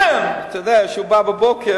ואתה יודע שהוא בא בבוקר